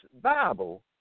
Bible